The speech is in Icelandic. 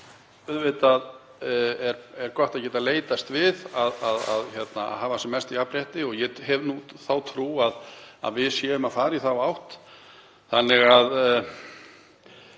stjórnum. Auðvitað er gott að geta leitast við að hafa sem mest jafnrétti og ég hef þá trú að við séum að fara í þá átt. Ég er